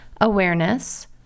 awareness